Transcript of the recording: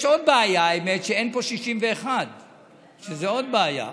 יש עוד בעיה, האמת, שאין פה 61. זאת עוד בעיה.